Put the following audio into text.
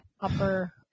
Upper